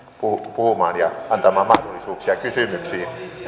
puhumaan ja antamaan mahdollisuuksia kysymyksiin